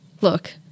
Look